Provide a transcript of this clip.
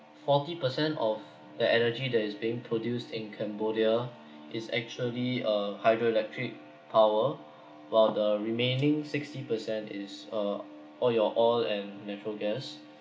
forty percent of the energy that is being produced in cambodia is actually uh hydroelectric power while the remaining sixty percent is uh all your oil and natural gas